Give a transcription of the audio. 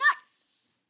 nice